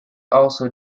also